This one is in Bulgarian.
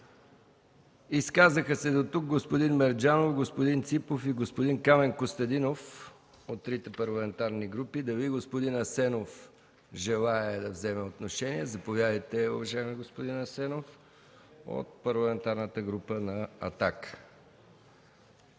изказаха господин Мерджанов, господин Ципов и господин Камен Костадинов от трите парламентарни групи. Господин Асенов желае да вземе отношение. Заповядайте, господин Асенов от Парламентарната група на